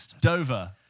Dover